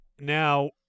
Now